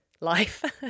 life